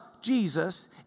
Jesus